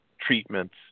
treatments